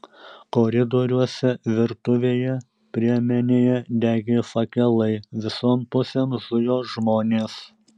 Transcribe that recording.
koridoriuose virtuvėje priemenėje degė fakelai visom pusėm zujo žmonės